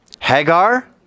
Hagar